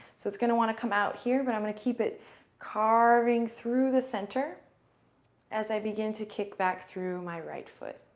so it's going to want to come out here, but i'm going to keep it carving through the center as i begin to kick back through my right foot.